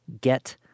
get